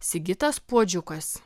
sigitas puodžiukas